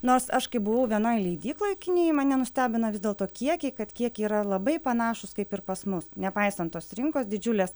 nors aš kai buvau vienoj leidykloj kinijoj mane nustebino vis dėlto kiekiai kad kiekiai yra labai panašūs kaip ir pas mus nepaisant tos rinkos didžiulės